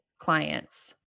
clients